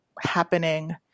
happening